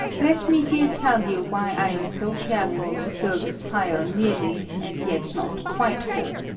let me here tell you why i am so careful to fill this phial nearly, and yet not quite full.